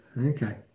okay